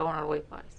שרון אלרעי פרייס